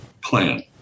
plan